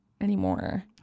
anymore